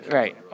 right